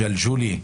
- ג'לג'וליה.